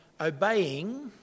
obeying